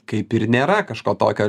kaip ir nėra kažko tokio